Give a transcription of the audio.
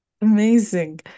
Amazing